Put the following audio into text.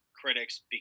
critics